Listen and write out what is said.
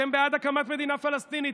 אתם בעד הקמת מדינה פלסטינית.